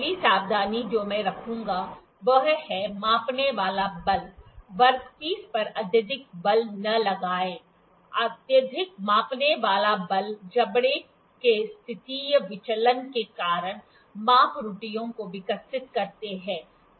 पहली सावधानी जो मैं रखूंगा वह है मापने वाला बल वर्कपीस पर अत्यधिक बल न लगाएं अत्यधिक मापने वाला बल हम जबड़े के स्थितीय विचलन के कारण माप त्रुटियों को विकसित करते हैं